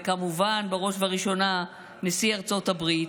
וכמובן בראש ובראשונה נשיא ארצות הברית,